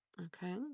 Okay